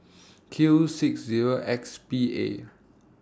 Q six Zero X B A